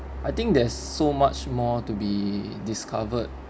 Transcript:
I think there's so much more to be discovered